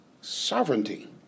sovereignty